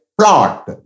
plot